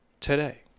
today